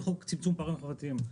וחוק צמצום פערים חברתיים.